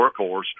workhorse